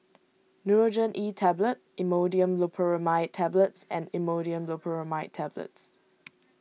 Nurogen E Tablet Imodium Loperamide Tablets and Imodium Loperamide Tablets